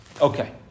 Okay